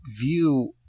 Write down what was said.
view